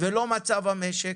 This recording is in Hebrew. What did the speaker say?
ולא מצב המשק?